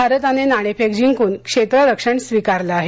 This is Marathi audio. भारताने नाणेफेक जिंकून क्षेत्ररक्षण स्वीकारलं आहे